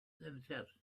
themselves